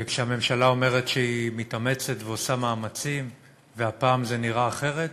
כשהממשלה אומרת שהיא מתאמצת ועושה מאמצים והפעם זה נראה אחרת,